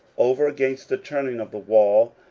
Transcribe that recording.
over against the turning of the wall,